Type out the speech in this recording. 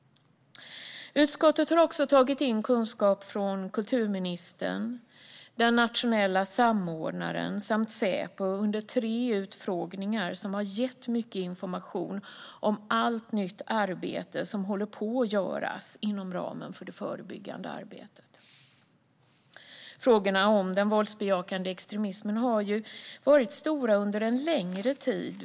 Utskottet har också tagit in kunskap från kulturministern, den nationella samordnaren och Säpo under tre utfrågningar som gett mycket information om allt nytt arbete som håller på att göras inom ramen för det förebyggande arbetet. Frågorna om den våldsbejakande extremismen har varit stora under en längre tid.